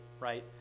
right